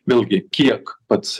vėlgi kiek pats